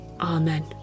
Amen